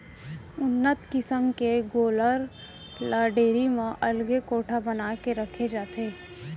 उन्नत किसम के गोल्लर ल डेयरी म अलगे कोठा बना के रखे जाथे